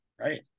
right